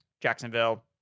Jacksonville